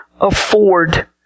afford